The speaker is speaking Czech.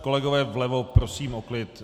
Kolegové vlevo, prosím o klid.